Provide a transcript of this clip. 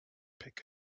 pick